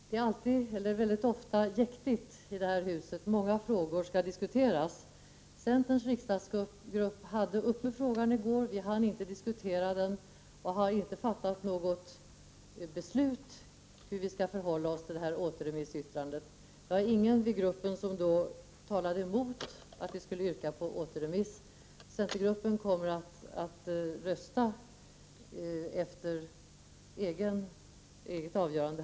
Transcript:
Herr talman! Det är väldigt ofta jäktigt i det här huset. Många frågor skall diskuteras. Centerns riksdagsgrupp tog upp denna fråga i går, men vi hann inte diskutera den och har inte fattat något beslut om hur vi skall förhålla oss till återremissyttrandet. Ingen i gruppen talade vid mötet emot att vi skulle yrka på återremiss. Var och en i centergruppen kommer att rösta efter eget avgörande.